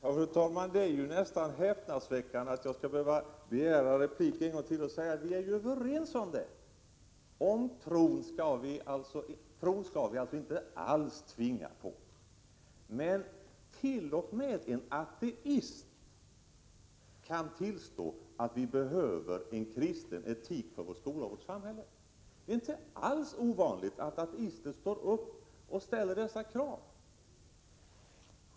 Fru talman! Det är nästan häpnadsväckande att jag skall behöva begära replik en gång till för att säga att vi är överens om detta. Tro skall vi inte alls tvinga på någon. Men t.o.m. en ateist kan tillstå att vi behöver en kristen etik för vår skola och vårt samhälle. Det är inte alls ovanligt att ateister står upp och ställer dessa krav.